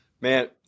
Man